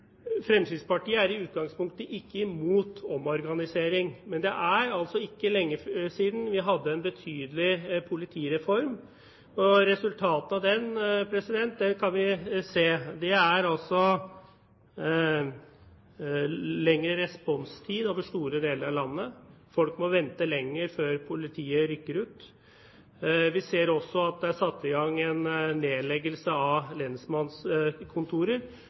det er altså ikke lenge siden vi hadde en betydelig politireform, og resultatene av den kan vi se: Det er lengre responstid over store deler av landet, folk må vente lenger før politiet rykker ut, og det er også satt i gang en nedleggelse av lensmannskontorer,